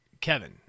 Kevin